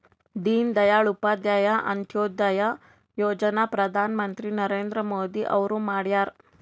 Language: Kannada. ದೀನ ದಯಾಳ್ ಉಪಾಧ್ಯಾಯ ಅಂತ್ಯೋದಯ ಯೋಜನಾ ಪ್ರಧಾನ್ ಮಂತ್ರಿ ನರೇಂದ್ರ ಮೋದಿ ಅವ್ರು ಮಾಡ್ಯಾರ್